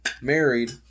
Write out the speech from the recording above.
married